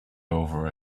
over